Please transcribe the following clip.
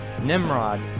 nimrod